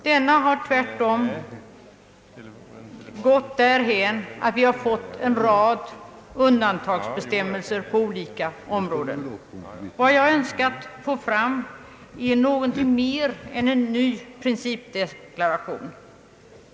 Denna har tvärtom gått därhän att vi fått en rad undantagsbestämmelser på på olika områden. Vad jag önskat uppnå är något mer än en ny principdeklaration.